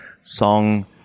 song